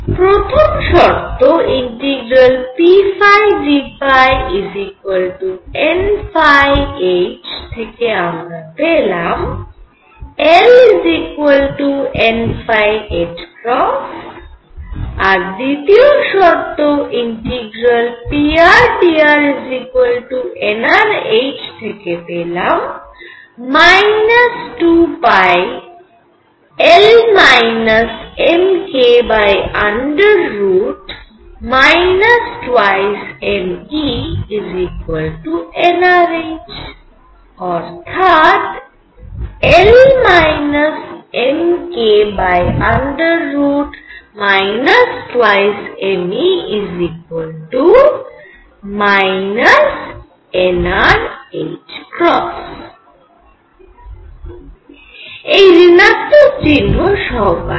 প্রথম শর্ত ∫pdϕnh থেকে আমরা পেলাম L n আর দ্বিতীয় শর্ত ∫prdr nrh থেকে পেলাম 2πL mk 2mE nrh অর্থাৎ L mk 2mE nr এই ঋণাত্মক চিহ্ন সহকারে